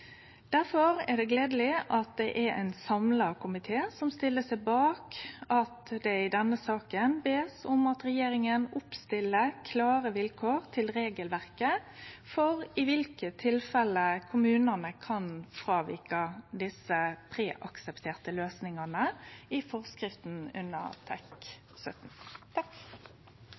er det gledeleg at det er ein samla komité som stiller seg bak at det i denne saka blir bedt om at regjeringa set opp klare vilkår i regelverket for i kva tilfelle kommunane kan fråvike desse preaksepterte løysingane i forskrifta,